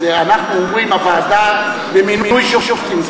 אנחנו אומרים: הוועדה למינוי שופטים.